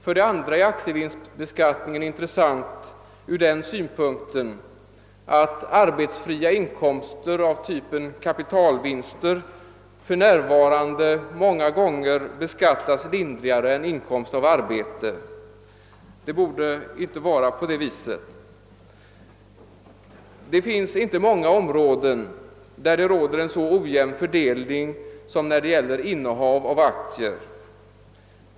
För det andra innebär aktievinstbeskattningen för närvarande att arbetsfria inkomster av typen kapitalvinster många gånger beskattas lindrigare än inkomst av arbete. Det borde inte vara på det viset. Det finns inte många områden där det förekommer en så ojämn fördelning som när det gäller innehav av aktier.